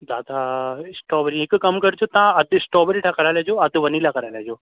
दादा स्ट्रॉबेरी हिकु कमु कजो तव्हां अधु स्ट्रॉबेरी कराए लाहिजो अधु वैनिला कराए लाहिजो